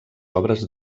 obres